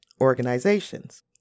organizations